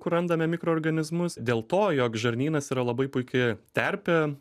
kur randame mikroorganizmus dėl to jog žarnynas yra labai puiki terpė